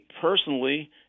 personally